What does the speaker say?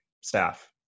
staff